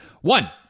one